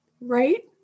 right